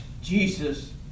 Jesus